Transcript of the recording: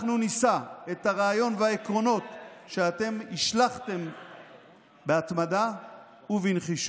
אנחנו נישא את הרעיון והעקרונות שאתם השלכתם בהתמדה ובנחישות,